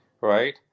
right